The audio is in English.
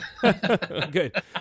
Good